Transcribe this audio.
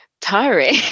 tiring